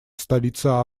столица